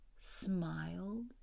smiled